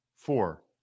Four